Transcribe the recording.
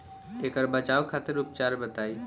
ऐकर बचाव खातिर उपचार बताई?